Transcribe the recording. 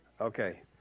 Okay